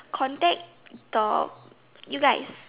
contact the you guys